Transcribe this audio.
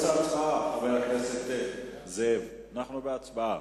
חבר הכנסת זאב בילסקי, אנחנו באמצע הצבעה.